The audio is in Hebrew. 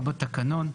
בתקנון.